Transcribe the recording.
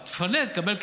תפנה, תקבל כיכר.